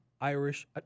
Irish